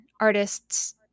artists